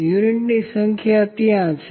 યુનિટની સંખ્યા ત્યાં છે